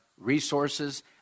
resources